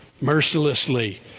mercilessly